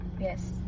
Yes